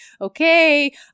okay